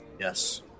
Yes